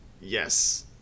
Yes